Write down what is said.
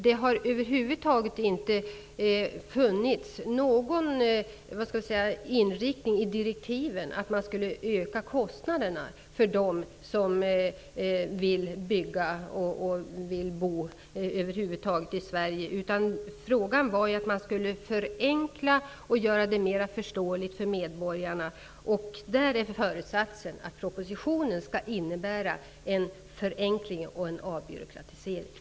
Det har inte funnits någon inriktning i direktiven om att man över huvud taget skulle öka kostnaderna för dem som vill bygga i Sverige. Frågan gällde att man skulle förenkla och göra det mera förståeligt för medborgarna. Föresatsen är att propositionen skall innebära förenkling och avbyråkratisering.